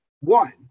One